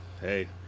hey